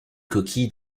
coquille